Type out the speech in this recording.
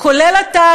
כולל אתה,